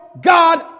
God